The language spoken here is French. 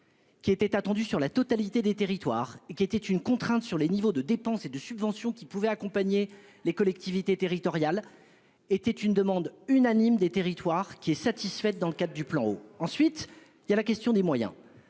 Qui était attendu sur la totalité des territoires qui était une contrainte sur les niveaux de dépenses et de subventions qui pouvait accompagner les collectivités territoriales. Était une demande unanime des territoires qui est satisfaite dans le cadre du plan eau ensuite il y a la question des moyens.